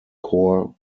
core